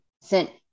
sent